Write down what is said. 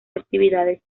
actividades